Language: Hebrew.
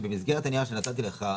שבמסגרת הנייר שנתתי לך,